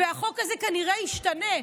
והחוק הזה כנראה ישתנה,